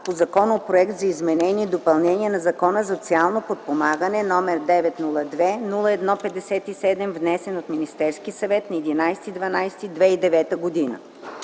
по Законопроект за изменение и допълнение на Закона за социално подпомагане, № 902-01-57, внесен от Министерския съвет на 11 декември